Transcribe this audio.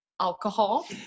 alcohol